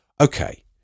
Okay